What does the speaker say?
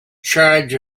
charge